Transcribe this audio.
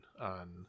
On